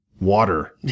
water